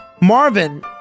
Marvin